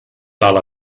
tal